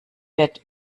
wird